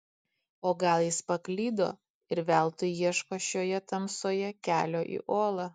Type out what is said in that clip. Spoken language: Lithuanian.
o gal jis paklydo ir veltui ieško šioje tamsoje kelio į olą